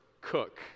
cook